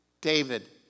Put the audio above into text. David